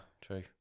true